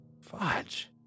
Fudge